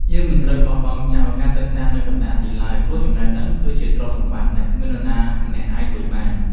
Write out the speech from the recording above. យើងមិនត្រូវបោះបង់ចោលការសិក្សានៅកណ្តាលទីឡើយព្រោះចំណេះដឹង គឺជាទ្រព្យសម្បត្តិដែលគ្មាននរណាម្នាក់អាចលួចបាន។